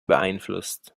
beeinflusst